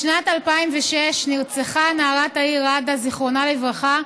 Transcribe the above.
בשנת 2006 נרצחה הנערה תאיר ראדה, זיכרונה לברכה,